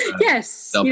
Yes